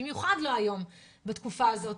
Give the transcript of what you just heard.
במיוחד לא היום בתקופה הזאת,